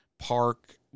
park